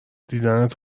دیدنت